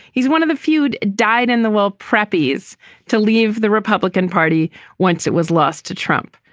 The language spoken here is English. he's one of the feud dyed in the wool preppies to leave the republican party once it was lost to trump.